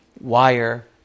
wire